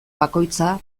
bakoitza